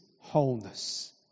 wholeness